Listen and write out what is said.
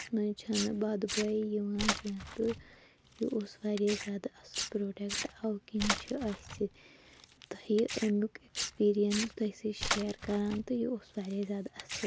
ٲسَس مَنٛز چھَ نہٕ بَد بُو یِوان کینٛہہ تہٕ یہِ اوس واریاہ زیادٕ اصٕل پروڈَکٹ اَمہِ کنۍ چھِ اَسہِ تۄہہِ امیُک ایٚکٕسپیٖریَنٕس تۄہہِ سۭتۍ شیر کَران تہٕ یہِ اوس واریاہ زیادٕ اصٕل